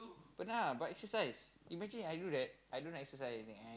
pernah but exercise imagine I do that I don't exercise anything and